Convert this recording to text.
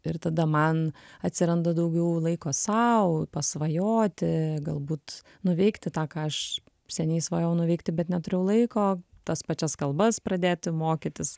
ir tada man atsiranda daugiau laiko sau pasvajoti galbūt nuveikti tą ką aš seniai svajojau nuveikti bet neturėjau laiko tas pačias kalbas pradėti mokytis